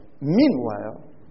meanwhile